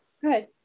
good